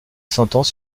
sentence